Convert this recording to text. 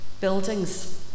buildings